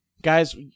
Guys